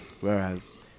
Whereas